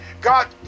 God